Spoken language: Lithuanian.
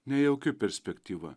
nejauki perspektyva